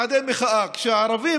הדעת,